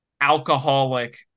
alcoholic